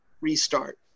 restart